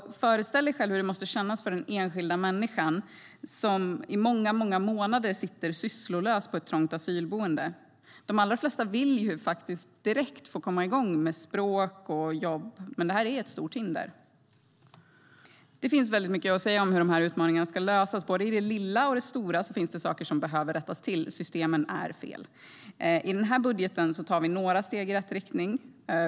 Föreställ dig själv hur det måste kännas för den enskilda människan, som i många månader sitter sysslolös på ett trångt asylboende! De allra flesta vill faktiskt komma igång direkt med språk och jobb, men det här är ett stort hinder. Det finns mycket att säga om hur de här utmaningarna ska lösas. Både i det lilla och i det stora finns det saker som behöver rättas till. Systemen är fel. I den här budgeten tar vi några steg i rätt riktning.